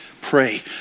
Pray